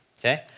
okay